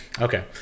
Okay